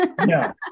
no